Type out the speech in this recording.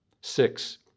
Six